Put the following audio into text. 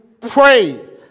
praise